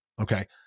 Okay